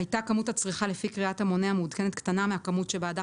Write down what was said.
הייתה כמות הצריכה לפי קריאת המונה המעודכנת קטנה מהכמות שבעדה